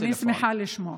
אני שמחה לשמוע.